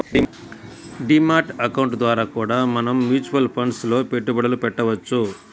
D mat account ద్వారా కూడా మనం మ్యూచువల్ ఫండ్స్ లో పెట్టుబడులు పెట్టవచ్చు